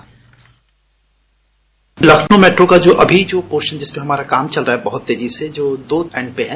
bite Lucknow metro का जो अभी जो पोशन जिसमें हमारा काम चल रहा है बहुत तेजी से जो दो एंड पर है